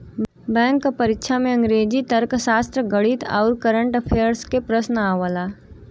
bank क परीक्षा में अंग्रेजी, तर्कशास्त्र, गणित आउर कंरट अफेयर्स के प्रश्न आवला